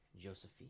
Josephine